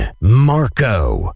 Marco